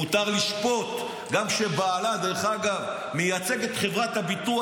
מותר לשפוט גם כשבעלה מייצג את חברת הביטוח.